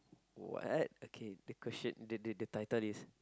what okay the question the the title is